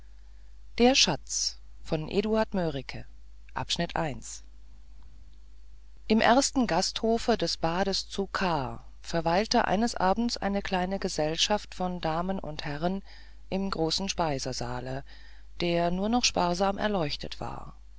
der schatz novelle im ersten gasthofe des bades zu k verweilte eines abends eine kleine gesellschaft von damen und herrn im großen speisesaale der nur noch sparsam erleuchtet war